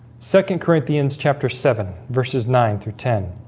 second corinthians chapter seven verses nine through ten.